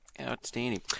Outstanding